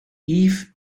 yves